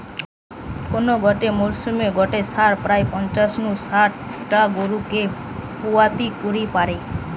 কোন গটে মরসুমে গটে ষাঁড় প্রায় পঞ্চাশ নু শাট টা গরুকে পুয়াতি করি পারে